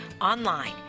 online